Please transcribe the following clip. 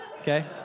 Okay